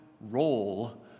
role